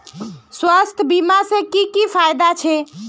स्वास्थ्य बीमा से की की फायदा छे?